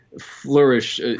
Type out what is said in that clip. flourish